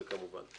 זה כמובן.